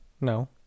No